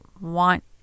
want